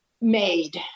Made